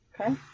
Okay